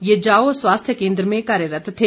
ये जाओ स्वास्थ्य केन्द्र में कार्यरत थे